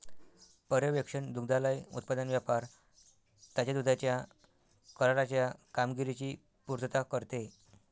पर्यवेक्षण दुग्धालय उत्पादन व्यापार ताज्या दुधाच्या कराराच्या कामगिरीची पुर्तता करते